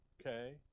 Okay